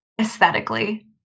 aesthetically